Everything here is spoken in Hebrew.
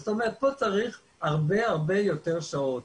זאת אומרת, פה צריך הרבה הרבה יותר שעות.